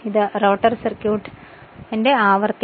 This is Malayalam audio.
ഇത് rotor circuit frequency F2 sf ആണ്